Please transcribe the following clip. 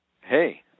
hey